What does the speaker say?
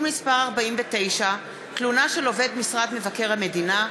מס' 49) (תלונה של עובד משרד מבקר המדינה),